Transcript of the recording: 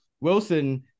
Wilson